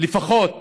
לפחות